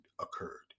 occurred